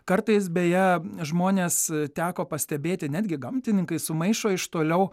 kartais beje žmonės teko pastebėti netgi gamtininkai sumaišo iš toliau